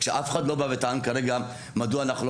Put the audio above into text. אף אחד לא בא וטען כרגע מדוע אנחנו לא